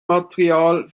material